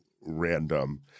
random